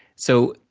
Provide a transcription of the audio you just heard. so,